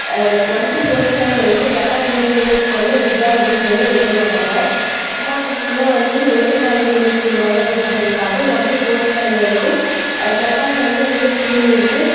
one to fourth standard வரைக்கும் ஜப்பானோடய ஸ்டூடெண்ட்ஸ்சுக்கு வந்து எக்ஸாம் அப்படின்றதே வைக்க மாட்டாங்க ஏன்னால் அவங்களுக்குள்ள வந்து ஏற்ற தாழ்வுகள் இருக்கக்கூடாது அப்படின்றதுக்காக ஒன் டு ஃபோர்த் ஸ்டாண்டர்ட் வரைக்கும் ஜப்பானில் வந்து எந்த ஸ்கூல்லேயுமே